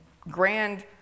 grand